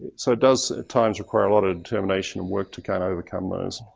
so it does at times require a lot of determination and work to kind of overcome those.